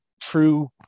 true